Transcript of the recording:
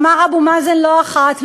אמר אבו מאזן לא אחת,